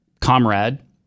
Comrade